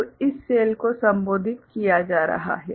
तो इस सेल को संबोधित किया जा रहा है